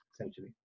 essentially